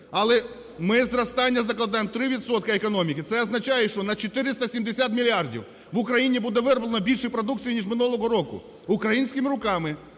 але ми зростання закладемо 3 відсотки економіки. Це означає, що на 470 мільярдів в Україні буде вироблено більше продукції, ніж минулого року, українськими руками,